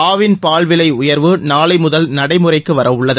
ஆவின் பால் விலை உயர்வு நாளை முதல் நடைமுறைக்கு வர உள்ளது